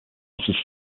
mustard